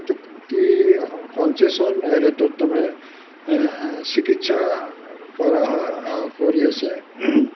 এইটো কি কনচেছন ৰেটত তাৰমানে চিকিৎসা কৰা হয় কৰি আছে